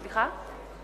אינו נוכח רחל אדטו,